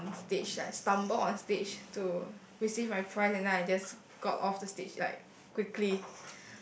on stage like stumble on stage to receive my prize and then I just got off the stage like quickly